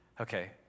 okay